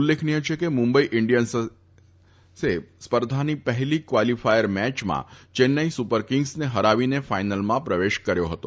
ઉલ્લેખનીય છે કે મુંબઇ ઇન્ડિયન્સે ફાઇનલ સ્પર્ધાની પહેલી કવાલિફાય મેચમાં ચેન્નાઇ સુપરકિંગસને હરાવીને ફાઇનલમાં પ્રવેશ કર્યો હતો